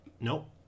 Nope